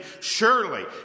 Surely